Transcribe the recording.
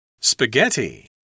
Spaghetti